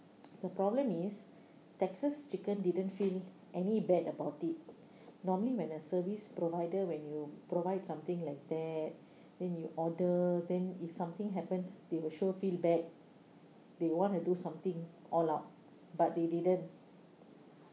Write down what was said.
the problem is texas chicken didn't feel any bad about it normally when a service provider when you provide something like that then you order then if something happens they will sure feel bad they want to do something all up but they didn't